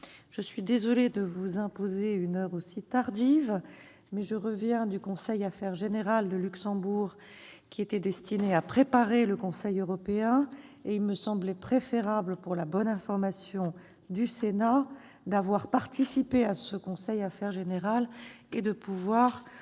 Je suis désolée de vous imposer une heure aussi tardive, mais je reviens du conseil Affaires générales de Luxembourg, qui était destiné à préparer le Conseil européen, et il me semblait préférable, pour la bonne information du Sénat, d'avoir participé à cette réunion et de pouvoir